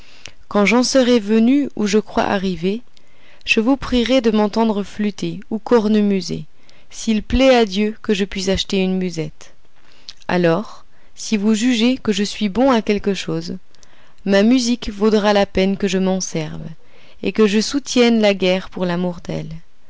quand j'en serai venu où je crois arriver je vous prierai de m'entendre flûter ou cornemuser s'il plaît à dieu que je puisse acheter une musette alors si vous jugez que je suis bon à quelque chose ma musique vaudra la peine que je m'en serve et que je soutienne la guerre pour l'amour d'elle